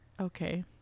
Okay